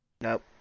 Nope